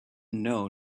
know